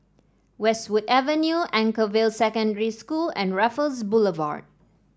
Westwood Avenue Anchorvale Secondary School and Raffles Boulevard